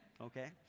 okay